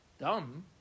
dumb